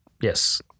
Yes